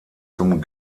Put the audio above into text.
zum